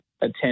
attend